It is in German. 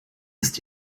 ist